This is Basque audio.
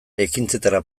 ekintzetara